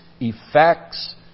effects